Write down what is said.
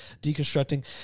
deconstructing